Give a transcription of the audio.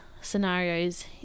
scenarios